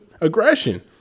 aggression